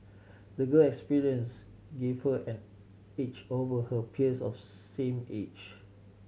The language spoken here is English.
the girl's experiences gave her an edge over her peers of same age